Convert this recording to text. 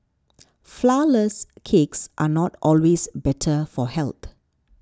Flourless Cakes are not always better for health